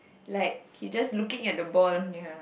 like he just looking at the ball